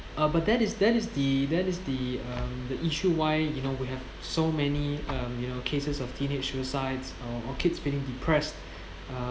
uh but that is that is the that is the um the issue why you know we have so many um you know cases of teenage suicides or or kids feeling depressed uh